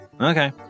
Okay